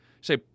Say